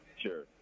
Sure